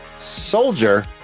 Soldier